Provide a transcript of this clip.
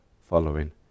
following